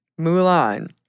Mulan